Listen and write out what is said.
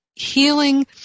healing